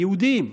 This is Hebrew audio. היהודיים,